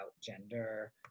gender